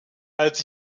als